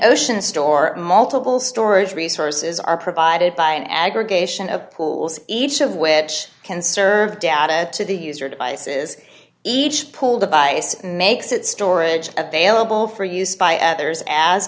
ocean store multiple storage resources are provided by an aggregation of pools each of which can serve data to the user devices each pool device makes it storage available for use by others as